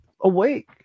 awake